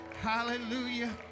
hallelujah